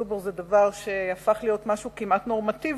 זובור זה דבר שהפך להיות משהו כמעט נורמטיבי,